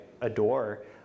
adore